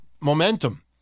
momentum